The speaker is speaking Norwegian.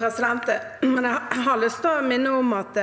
Jeg vil min- ne om at